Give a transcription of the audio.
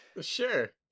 sure